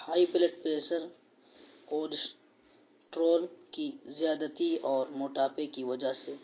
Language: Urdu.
ہائی پلڈ پریشر کولسٹرول کی زیادتی اور موٹاپے کی وجہ سے